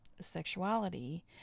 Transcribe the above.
sexuality